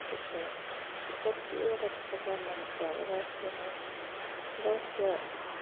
त्यस्तो के कत्तिवटा त्यस्तो ब्रह्माण्डको अब रहस्यमय रहस्य